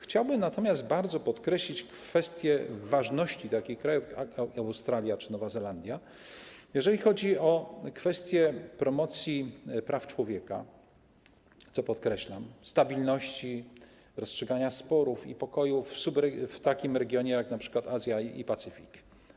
Chciałbym natomiast bardzo podkreślić kwestię ważności takich krajów jak Australia czy Nowa Zelandia, jeżeli chodzi o kwestię promocji praw człowieka, co podkreślam, stabilności, rozstrzygania sporów w takim regionie jak np. Azja i Pacyfik.